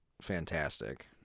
fantastic